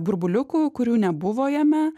burbuliukų kurių nebuvo jame